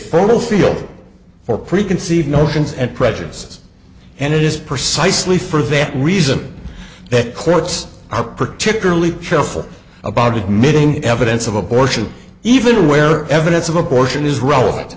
fertile field for preconceived notions and prejudices and it is precisely for this reason that courts are particularly chill for about admitting evidence of abortion even aware evidence of abortion is relevant